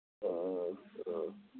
ꯑꯥ ꯑꯥ